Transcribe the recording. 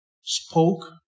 spoke